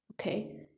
okay